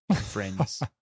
friends